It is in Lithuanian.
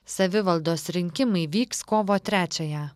savivaldos rinkimai vyks kovo trečiąją